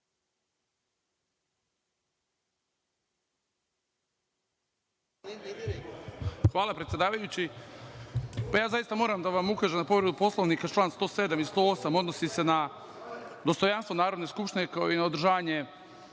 Hvala predsedavajući. Zaista moram da ukažem na povredu Poslovnika, član 107. i 108. odnosi se na dostojanstvo Narodne skupštine, kao i na održavanje